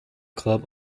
club